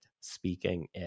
speaking